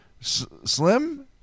Slim